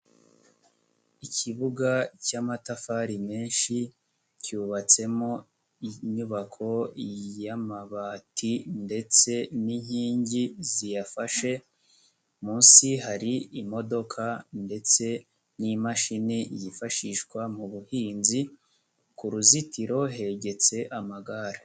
Ikibuga cy'amatafari menshi cyubatsemo inyubako yamabati ndetse n'inkingi ziyafashe, munsi hari imodoka ndetse n'imashini yifashishwa mu buhinzi, ku ruzitiro hegetse amagare.